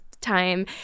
time